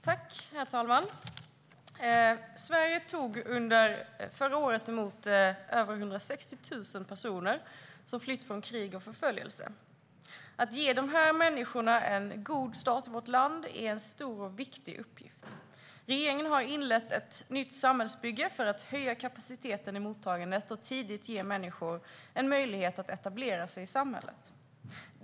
Herr talman! Sverige tog under förra året emot över 160 000 personer som flytt från krig och förföljelse. Att ge de här människorna en god start i vårt land är en stor och viktig uppgift. Regeringen har inlett ett nytt samhällsbygge för att höja kapaciteten i mottagandet och tidigt ge människor en möjlighet att etablera sig i samhället.